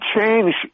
change